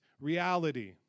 reality